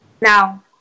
Now